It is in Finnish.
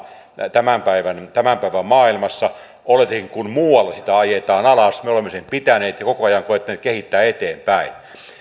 tämän päivän maailmassa olletikin kun muualla sitä ajetaan alas me olemme sen pitäneet ja koko ajan koettaneet kehittää eteenpäin